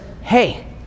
hey